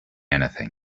anything